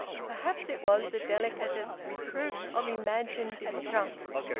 perhaps it was the delicatest reproof of imagined distrust.